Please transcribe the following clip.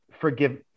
forgive